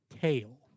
tail